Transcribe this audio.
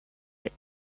蛱蝶